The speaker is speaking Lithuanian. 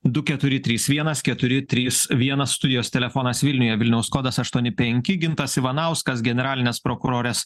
du keturi trys vienas keturi trys vienas studijos telefonas vilniuje vilniaus kodas aštuoni penki gintas ivanauskas generalinės prokurorės